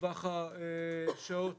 כשטווח שעות